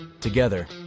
together